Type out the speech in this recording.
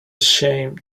shame